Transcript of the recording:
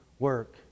work